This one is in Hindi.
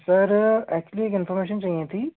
सर एक्चुली कन्फर्मेशन चाहिए था